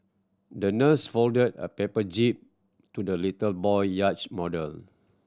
the nurse folded a paper jib to the little boy yacht model